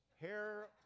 hair